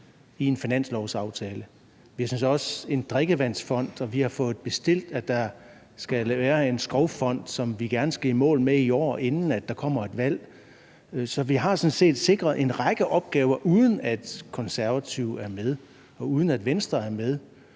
i en finanslovsaftale. Jeg synes også, jeg husker en drikkevandsfond, og vi har fået bestilt, at der skal være en skovfond, som vi gerne skal i mål med i år, inden der kommer et valg. Så vi har sådan set sikret en række opgaver, uden at Konservative er med, og uden at Venstre er med.